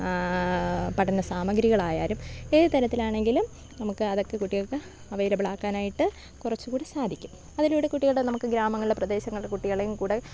പഠന സാമഗ്രികളായാലും ഏത് തരത്തിലാണെങ്കിലും നമുക്ക് അതൊക്കെ കുട്ടികൾക്ക് അവൈലബിൾ ആക്കാനായിട്ട് കുറച്ചു കൂടി സാധിക്കും അതിലുടെ കുട്ടികളുടെ നമുക്ക് ഗ്രാമങ്ങളിലെ പ്രദേശങ്ങളുടെ കുട്ടികളെയും കൂടെ